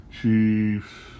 Chiefs